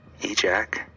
ejac